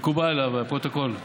מקובל עליו, לפרוטוקול.